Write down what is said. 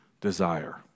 desire